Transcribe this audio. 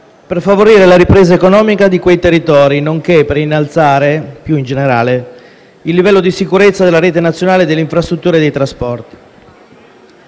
per favorire la ripresa economica di quei territori, nonché per innalzare, più in generale, il livello di sicurezza della rete nazionale delle infrastrutture e dei trasporti.